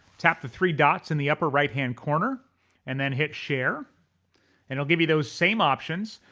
tap the three dots in the upper right-hand corner and then hit share and it'll give you those same options.